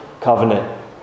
covenant